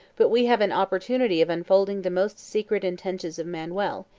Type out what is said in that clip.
but we have an opportunity of unfolding the most secret intentions of manuel,